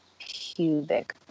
pubic